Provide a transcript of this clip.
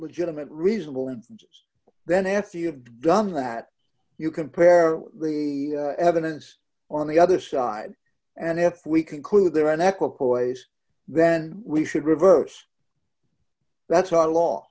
legitimate reasonable and then after you've done that you compare the evidence on the other side and if we conclude there are an equitable ways then we should reverse that's our law